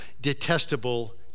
detestable